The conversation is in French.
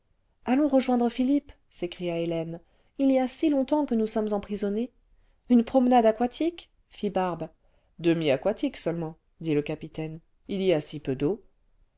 allons rejoindre philippe s'écria hélène il y a si longtemps que nous sommes emprisonnés une promenade aquatique fit barbe demi aquatique seulement dit le capitaine il y a si peu d'eau